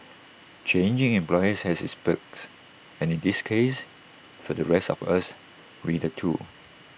changing employers has its perks and in this case for the rest of us readers too